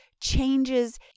changes